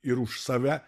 ir už save